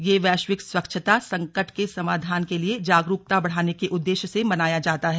यह वैश्विक स्वच्छता संकट के समाधान के लिए जागरूकता बढ़ाने के उद्देश्य से मनाया जाता है